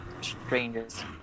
strangers